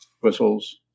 whistles